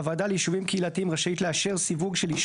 הוועדה ליישובים קהילתיים תורכב מחמישה חברים והם: נציג